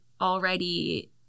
already